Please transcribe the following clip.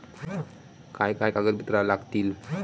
काय काय कागदपत्रा लागतील?